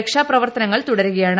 രക്ഷാപ്രവർത്തനങ്ങൾ തുടരുകയാണ്